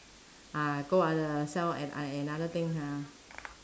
uh go other sell a~ I another thing ha